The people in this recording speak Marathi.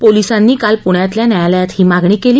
पोलिसांनी काल पुण्यातल्या न्यायालयात ही मागणी केली